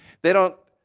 they don't